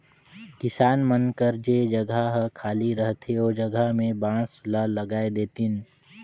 किसान मन जेन जघा हर खाली रहथे ओ जघा में बांस ल लगाय देतिन